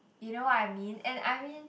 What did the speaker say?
you know what I mean and I mean